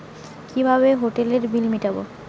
কিভাবে হোটেলের বিল মিটাব?